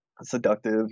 seductive